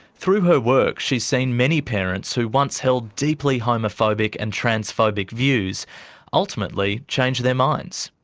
through her work, she's seen many parents who once held deeply homophobic and transphobic views ultimately change their minds.